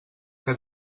que